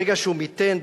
ברגע שהוא מיתן,